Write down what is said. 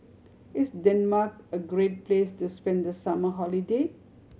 is Denmark a great place to spend the summer holiday